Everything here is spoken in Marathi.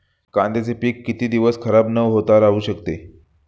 कांद्याचे पीक किती दिवस खराब न होता राहू शकते?